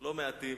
לא מעטים